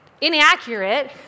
inaccurate